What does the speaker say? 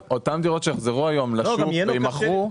אותן דירות שיחזרו היום לשוק וימכרו,